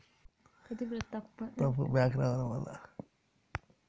అవునా సీత భారతదేశంలోని పంజాబ్లో చెరుకు రసం నుండి సెరకు సిర్కాను తయారు సేస్తారు